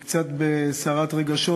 אני קצת בסערת רגשות,